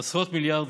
עשרות מיליארדים,